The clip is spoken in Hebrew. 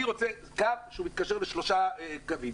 אני רוצה קו שהוא יתקשר לשלושה מספרים.